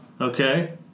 Okay